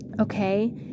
okay